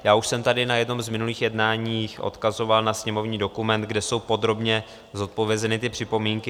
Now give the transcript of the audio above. Já už jsem tady na jednom z minulých jednání odkazoval na sněmovní dokument, kde jsou podrobně zodpovězeny ty připomínky.